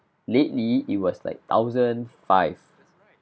lately it was like thousand five